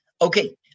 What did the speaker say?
Okay